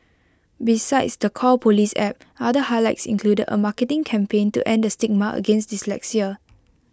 besides the call Police app other highlights included A marketing campaign to end the stigma against dyslexia